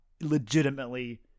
legitimately